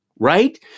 Right